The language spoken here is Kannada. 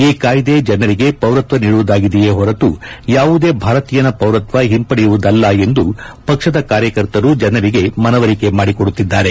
ಈ ಕಾಯ್ದೆ ಜನರಿಗೆ ಪೌರತ್ವ ನೀಡುವುದಾಗಿದೆಯೇ ಹೊರತು ಯಾವುದೇ ಭಾರತೀಯನ ಪೌರತ್ವ ಹಿಂಪಡೆಯುವುದಿಲ್ಲ ಎಂದು ಪಕ್ಷದ ಕಾರ್ಯಕರ್ತರು ಜನರಿಗೆ ಮನವರಿಕೆ ಮಾಡಿಕೊಡುತ್ತಿದ್ದಾರೆ